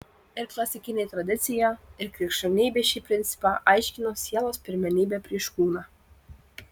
ir klasikinė tradicija ir krikščionybė šį principą aiškino sielos pirmenybe prieš kūną